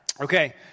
Okay